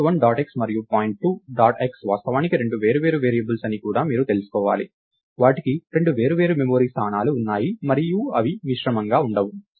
point 1 dot x మరియు point 2 dot x వాస్తవానికి రెండు వేర్వేరు వేరియబుల్స్ అని కూడా మీరు తెలుసుకోవాలి వాటికి రెండు వేర్వేరు మెమరీ స్థానాలు ఉన్నాయి మరియు అవి మిశ్రమంగా ఉండవు